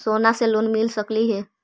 सोना से लोन मिल सकली हे?